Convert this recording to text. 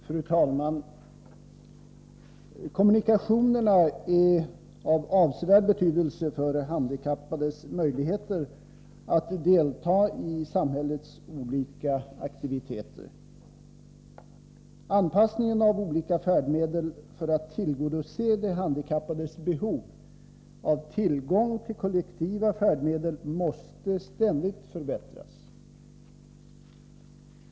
Fru talman! Kommunikationerna är av avsevärd betydelse för de handikappades möjligheter att delta i samhällets olika aktiviteter. Anpassningen av olika färdmedel för att tillgodose de handikappades behov av tillgång till kollektiva färdmedel måste ständigt förbättras.